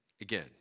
again